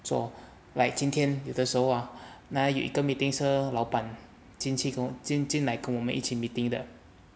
so like 今天有的时候 ah 刚才有一个 meeting 是 err 老板进去进来跟我们一起 meeting 的